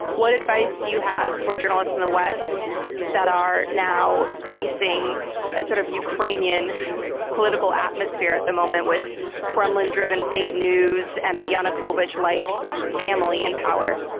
what advice do you have for journalists in the west that are now facing a sort of ukrainian political atmosphere at the moment with kremlin-driven fake news and a yanukovych-like family in power?